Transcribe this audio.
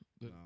No